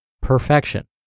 perfection